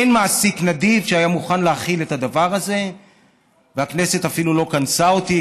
אין מעסיק נדיב שהיה מוכן להכיל את הדבר הזה, והכנסת אפילו לא קנסה אותי,